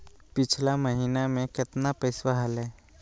पिछला महीना मे कतना पैसवा हलय?